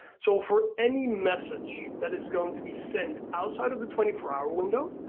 so for any message that is gonna be sent outside of the twenty four hour window,